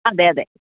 അതെ അതെ